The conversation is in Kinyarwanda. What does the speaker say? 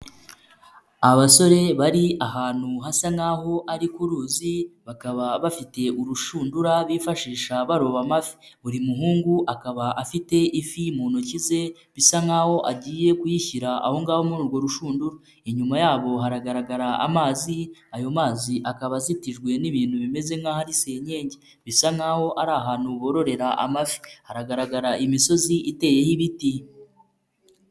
Abasore bari ahantu hasa nkaho ari ku ruzi bakaba bafite urushundura bifashisha baroba amafi, buri muhungu akaba afite ifi mu ntoki ze bisa nkaho agiye kuyishyira aho ngaho muri urwo rushundura, inyuma yabo haragaragara amazi ayo mazi akaba asikijwe n'ibintu bimeze nkaho ari senyenge, bisa nkaho ari ahantu bororera amafi, haragaragara imisozi iteyeho ibiti.